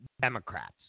Democrats